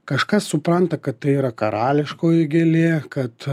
kažkas supranta kad tai yra karališkoji gėlė kad